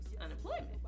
unemployment